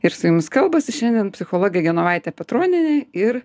ir su jumis kalbasi šiandien psichologė genovaitė petronienė ir